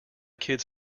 kids